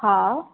हा